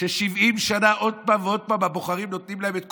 ש-70 שנה עוד פעם ועוד פעם הבוחרים נותנים לה את קולם,